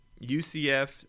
ucf